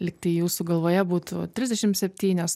lyg tai jūsų galvoje būtų trisdešimt septynios